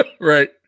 Right